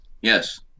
Yes